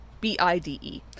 B-I-D-E